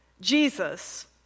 Jesus